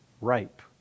ripe